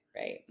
right